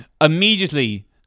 immediately